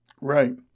Right